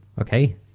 okay